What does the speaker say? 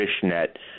fishnet